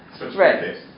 Right